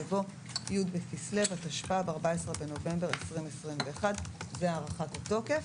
יבוא "י' בכסלו התשפ"ב (14 בנובמבר 2021)". זאת הארכת התוקף.